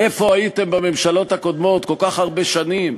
איפה הייתם בממשלות הקודמות, כל כך הרבה שנים,